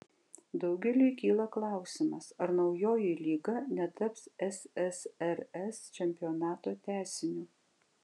daugeliui kyla klausimas ar naujoji lyga netaps ssrs čempionato tęsiniu